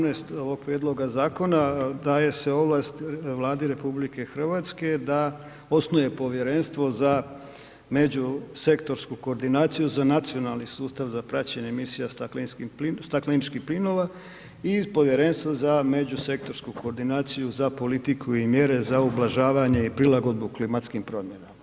Dakle, čl. 18. ovog prijedloga zakona daje se ovlast Vladi RH da osnuje Povjerenstvo za međusektorsku koordinaciju za nacionalni sustav za praćenje misija stakleničkih plinova i Povjerenstvo za međusektorsku koordinaciju za politiku i mjere za ublažavanje i prilagodbu klimatskim promjenama.